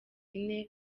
ine